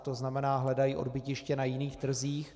To znamená, hledají odbytiště na jiných trzích.